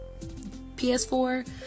PS4